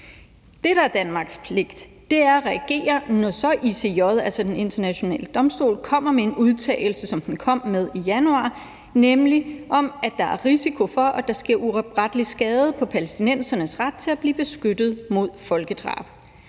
Det, der er Danmarks pligt, er at reagere, når ICJ, altså den internationale domstol, så kommer med en udtalelse, som den kom med i januar, nemlig at der er risiko for, at der voldes uoprettelig skade på palæstinensernes ret til at blive beskyttet mod folkedrab.